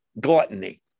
gluttony